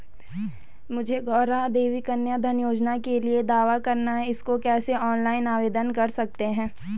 मुझे गौरा देवी कन्या धन योजना के लिए दावा करना है इसको कैसे ऑनलाइन आवेदन कर सकते हैं?